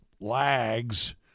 lags